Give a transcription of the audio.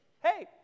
Hey